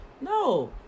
No